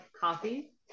coffee